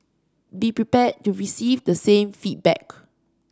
be prepared to receive the same feedback